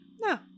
No